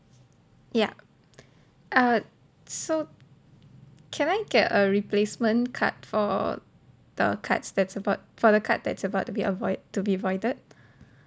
yup uh so can I get a replacement card for the card's that's about for the card that's about to be uh void to be voided